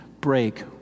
break